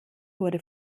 wurde